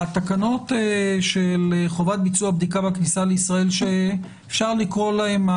התקנות של חובת ביצוע בדיקה בכניסה לישראל שאפשר לקרוא להן,